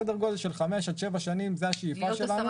סדר גודל של 7-5 שנים, זאת השאיפה שלנו.